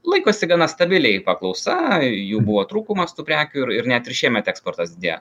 laikosi gana stabiliai paklausa jų buvo trūkumas tų prekių ir ir net ir šiemet eksportas didėjo